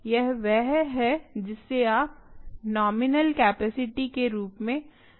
यह वह है जिसे आप नोमिनल कैपेसिटी के रूप में जानते हैं